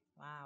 Wow